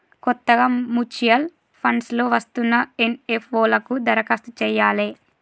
కొత్తగా mutual funds లో వస్తున్న ఎన్.ఎఫ్.ఓ లకు దరఖాస్తు చెయ్యాలే